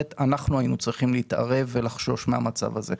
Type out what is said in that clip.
אנחנו היינו צריכים להתערב ולחשוש מהמצב הזה.